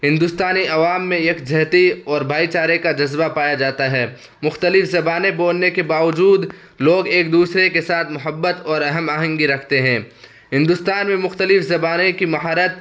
ہندوستان عوامی میں یکجہتی اور بھائی چارے کا جذبہ پایا جاتا ہے مختلف زبانیں بولنے کے باوجود لوگ ایک دوسرے کے ساتھ محبت اور ہم آہنگی رکھتے ہیں ہندوستان میں مختلف زبانیں کی مہارت